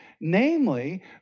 Namely